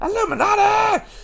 illuminati